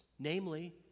Namely